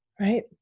right